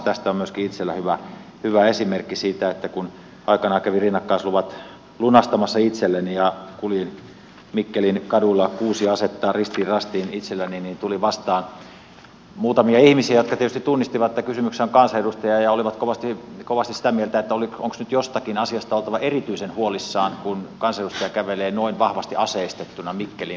tästä on myöskin itselläni hyvä esimerkki siitä että kun aikanaan kävin rinnakkaisluvat lunastamassa itselleni ja kuljin mikkelin kaduilla ristiin rastiin kuusi asetta itselläni niin tuli vastaan muutamia ihmisiä jotka tietysti tunnistivat että kysymyksessä on kansanedustaja ja olivat kovasti sitä mieltä että onko nyt jostakin asiasta oltava erityisen huolissaan kun kansanedustaja kävelee noin vahvasti aseistettuna mikkelin kaduilla